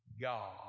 God